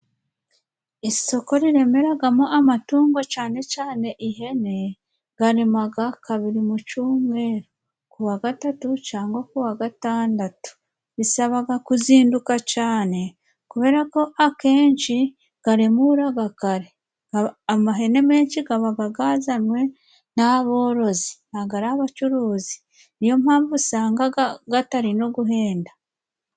Isoko riremeragamo amatungo cane cane ihene garemaga kabiri mu cumweru: ku wa gatatu cangwa ku wa gatandatu. Bisabaga kuzinduka cane kubera ko akenshi garemuraraga kare amahene menshi gabaga gazanywe n'aborozi ntabwo ari abacuruzi niyo mpamvu usangaga gatari no guhenda.